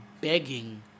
begging